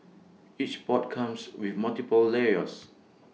each pot comes with multiple layers